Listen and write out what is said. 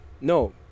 no